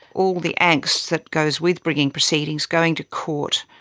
all the angst that goes with bringing proceedings, going to court,